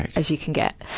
as you can get.